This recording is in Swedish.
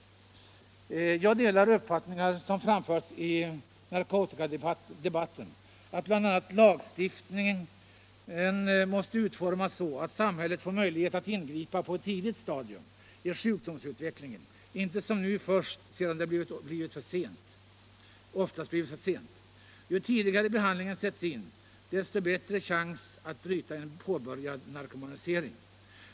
ket Jag delar uppfattningar och önskemål som framförts i narkotikadebatten, att bl.a. lagstiftningen måste utformas så, att samhället får möjlighet att ingripa på ett tidigt stadium i sjukdomsutvecklingen, inte som nu först sedan det oftast blivit för sent. Ju tidigare behandlingen sätts in, desto bättre chans att bryta en påbörjad narkomanisering.